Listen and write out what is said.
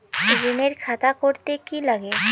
ঋণের খাতা করতে কি লাগে?